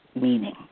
meaning